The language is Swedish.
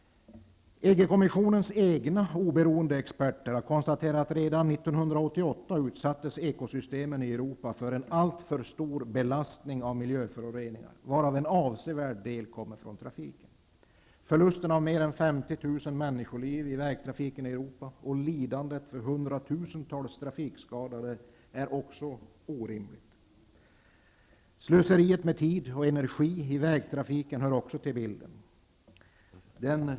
EG-kommissionens egna oberoende experter har konstaterat att ekosystemen i Europa redan 1988 utsattes för en alltför stor belastning av miljöföroreningar, varav en avsevärd del kommer från trafiken. Förlusten av mer än 50 000 människoliv i vägtrafiken i Europa och lidandet för 100 000-tals trafikskadade per år är också orimligt. Slöseriet med tid och energi i vägtrafiken hör också till bilden.